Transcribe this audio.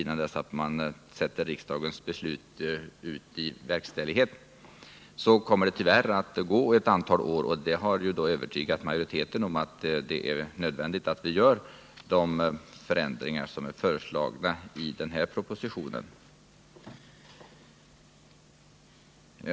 Innan riksdagens beslut sätts i verkställighet kommer det alltså tyvärr att gå ett antal år, och det har övertygat majoriteten om att det är nödvändigt att vi gör de förändringar som är föreslagna i den här propositionen.